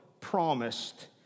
promised